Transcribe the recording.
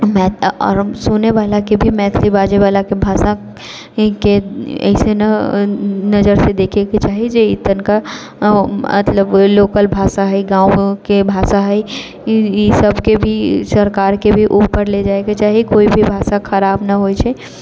आ सुनैवलाके भी मैथिली बाजैवलाके भाषाके एसन नहि नजरिसँ देखैके चाही जे तनिका मतलब लोकल भाषा है गाँवके भाषा है ई सभके भी सरकारके भी उपर लै जाइके चाही कोइ भी भाषा खराब नहि होइ छै